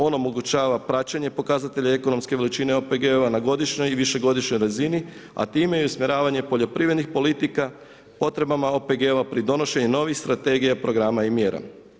On nam omogućava praćenje pokazatelja ekonomske veličine OPG-ova na godišnjoj i višegodišnjoj razini a time i usmjeravanje poljoprivrednih politika potrebama OPG-ova pri donošenju novi strategija, programa i mjera.